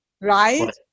Right